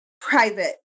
private